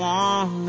one